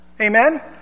Amen